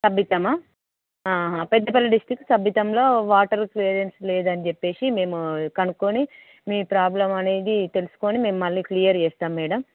సభితం Peddapalli district సభితంలో water clearance లేదని చెప్పేసి మేము కనుక్కొని మీ ప్రాబ్లం అనేది తెలుసుకొని మేము మళ్ళీ క్లియర్ చేస్తాం మ్యాడమ్